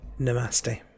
Namaste